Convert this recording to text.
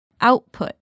Output